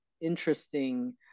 interesting